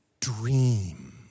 dream